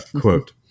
quote